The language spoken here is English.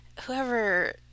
whoever